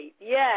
yes